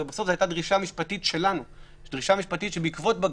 הרי בסוף זו הייתה דרישה משפטית שלנו בעקבות בג"ץ.